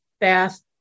bath